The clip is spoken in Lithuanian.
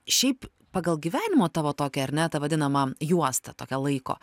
šiaip pagal gyvenimo tavo tokią ar ne tą vadinamą juostą tokią laiko